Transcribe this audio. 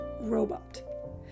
Robot